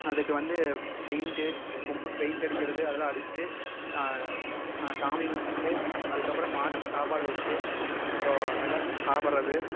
அதுக்கு வந்து பெயிண்ட்டு கொம்புக்கு பெயிண்ட் அடிக்கிறது அதலாம் அடித்துட்டு சா சாமி கும்பிட்டு அதுக்கப்புறம் மாட்டுக்கு சாப்பாடு வச்சுட்டு அப்புறம் எல்லாம் சா சாப்பிட்றது